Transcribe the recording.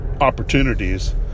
opportunities